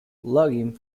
logging